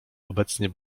obecnie